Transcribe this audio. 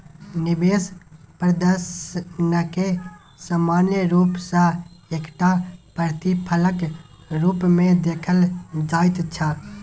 निवेश प्रदर्शनकेँ सामान्य रूप सँ एकटा प्रतिफलक रूपमे देखल जाइत छै